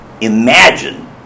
imagine